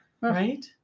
Right